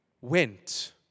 went